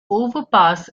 overpass